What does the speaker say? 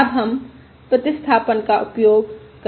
अब हम प्रतिस्थापन का उपयोग करते हैं